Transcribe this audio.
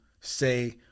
say